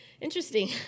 interesting